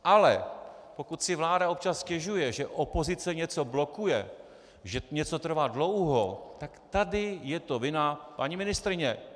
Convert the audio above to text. Ale pokud si vláda občas stěžuje, že opozice něco blokuje, že něco trvá dlouho, tak tady je to vina paní ministryně.